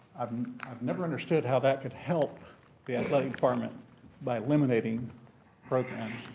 i've never understood how that could help the athletic department by eliminating programs.